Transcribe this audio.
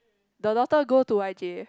the daughter go to y_j